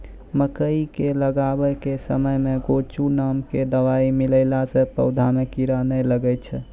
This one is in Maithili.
मकई के लगाबै के समय मे गोचु नाम के दवाई मिलैला से पौधा मे कीड़ा नैय लागै छै?